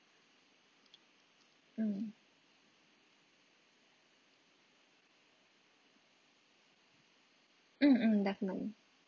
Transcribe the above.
mm mm mm definitely